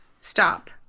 stop